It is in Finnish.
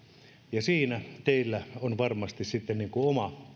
ja siinä teillä on varmasti sitten oma